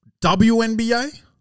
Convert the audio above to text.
WNBA